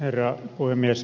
herra puhemies